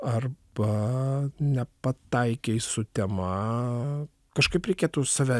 arba nepataikei su tema kažkaip reikėtų save